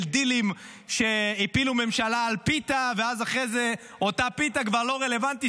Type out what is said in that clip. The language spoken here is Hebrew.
של דילים שהפילו ממשלה על פיתה ואז אחרי זה אותה פיתה כבר לא רלוונטית.